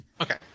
Okay